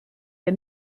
der